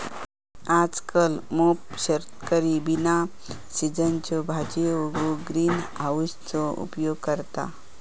आजकल मोप शेतकरी बिना सिझनच्यो भाजीयो उगवूक ग्रीन हाउसचो उपयोग करतत